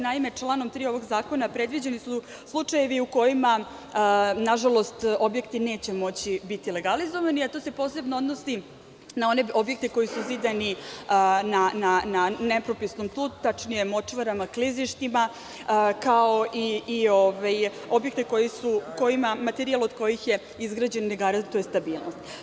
Naime, članom 3. ovog zakona predviđeni su slučajevi u kojima, nažalost, objekti neće moći biti legalizovani, a to se posebno odnosi na one objekte koji su zidani na nepropisnom tlu, tačnije močvarama, klizištima, kao i objekte kojima materijal, od kojih je izgrađen, ne garantuje stabilnost.